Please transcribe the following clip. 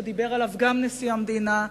שדיבר עליו גם נשיא המדינה,